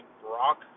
Brock